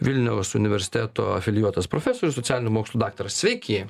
vilniaus universiteto afilijuotas profesorius socialinių mokslų daktaras sveiki